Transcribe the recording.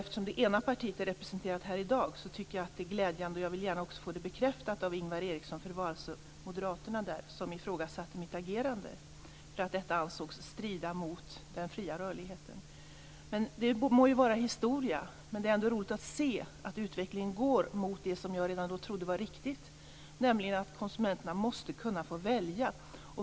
Eftersom det ena partiet är representerat här i dag, tycker jag att det är glädjande att jag nu får stöd och vill också få det bekräftat av Ingvar Eriksson. Det var alltså moderaterna i EU-nämnden som ifrågasatte mitt agerande för att detta ansågs strida mot den fria rörligheten. Detta må vara historia, men det är ändå roligt att se att utvecklingen går mot det som jag redan då trodde var riktigt, nämligen att konsumenterna måste kunna få välja.